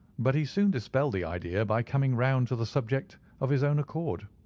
but he soon dispelled the idea by coming round to the subject of his own accord.